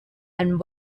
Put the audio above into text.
and